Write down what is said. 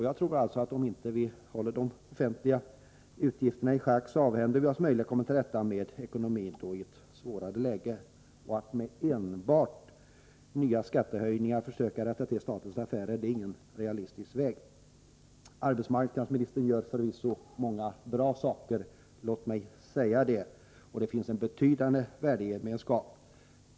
Jag tror att om vi inte håller de offentliga utgifterna i schack avhänder vi oss möjligheterna att i ett kärvare läge komma till rätta med ekonomin. Att enbart med nya skattehöjningar försöka rätta till statens affärer är ingen realistisk väg. Arbetsmarknadsministern gör förvisso många bra saker — låt mig säga det — och det finns en betydande värdegemenskap om arbetsmarknadspolitiken.